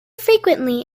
frequently